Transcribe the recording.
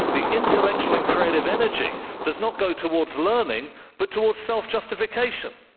the intellectual and creative energy does not go towards learning but towards self-justification.